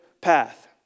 path